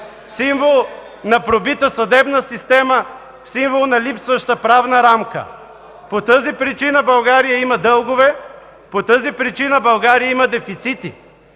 символ на пробита съдебна система, символ на липсваща правна рамка. По тази причина България има дългове, по тази причина България има дефицити.